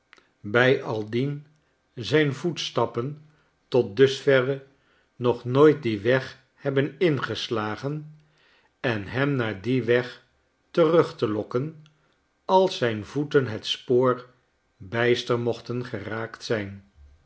bijaldien zijn voetstappen tot dusverre nog nooit dien weg hebben ingeslagen en hem naar dien weg terug te lokken als zijn voeten het spoor bijster mochten geraakt zijn